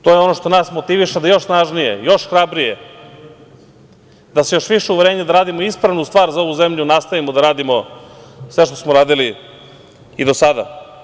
To je ono što nas motiviše da još snažnije, još hrabrije, da sa još više uverenja da radimo ispravnu stvar za ovu zemlju, nastavimo da radimo sve što smo radili i do sada.